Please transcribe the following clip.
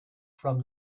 from